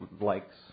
likes